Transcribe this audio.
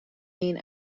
این